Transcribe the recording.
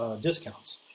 discounts